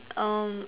um